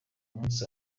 munsi